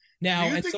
now